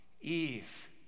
Eve